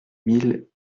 mille